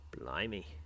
Blimey